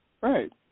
Right